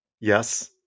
Yes